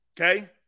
okay